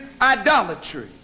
idolatry